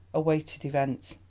awaited events.